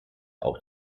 auch